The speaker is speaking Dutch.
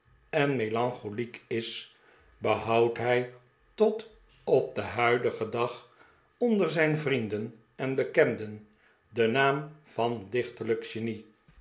en melancholiek is behoudt hij tot op den huidigen dag onder zijn vrienden en bekenden den naam van dichterlijk genie